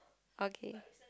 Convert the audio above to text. okay